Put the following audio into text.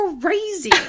crazy